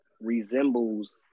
resembles